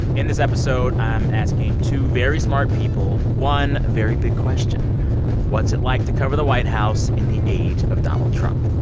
in this episode, i'm asking two very smart people one very big question what's it like to cover the white house in the age of donald trump?